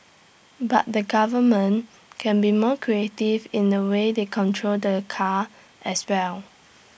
but the government can be more creative in the way they control the the car as well